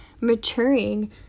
maturing